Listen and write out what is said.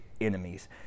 enemies